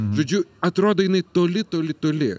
žodžiu atrodo jinai toli toli toli